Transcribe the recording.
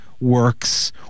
Works